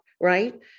right